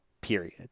period